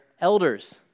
elders